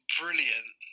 brilliant